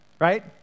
right